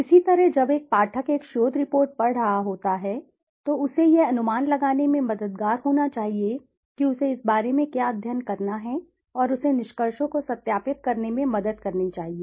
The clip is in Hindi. इसी तरह जब एक पाठक एक शोध रिपोर्ट पढ़ रहा होता है तो उसे यह अनुमान लगाने में मददगार होना चाहिए कि उसे इस बारे में क्या अध्ययन करना है और उसे निष्कर्षों को सत्यापित करने में मदद करनी चाहिए